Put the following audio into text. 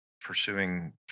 pursuing